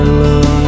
love